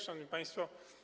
Szanowni Państwo!